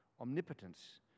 Omnipotence